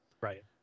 Right